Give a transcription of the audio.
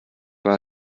war